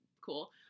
cool